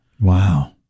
Wow